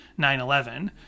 9-11